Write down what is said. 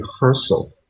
rehearsal